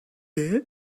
дээ